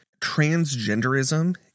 transgenderism